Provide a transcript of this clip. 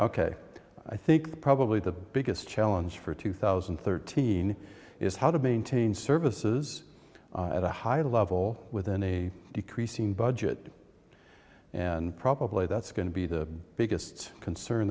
ok i think probably the biggest challenge for two thousand and thirteen is how to maintain services at a high level within a decreasing budget and probably that's going to be the biggest concern